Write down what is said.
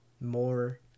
more